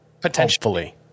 Potentially